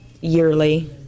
yearly